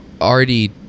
already